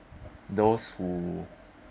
those who